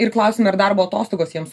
ir klausiame ar darbo atostogos jiems